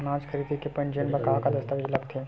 अनाज खरीदे के पंजीयन बर का का दस्तावेज लगथे?